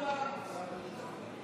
חברות וחברי הכנסת,